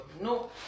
No